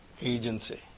agency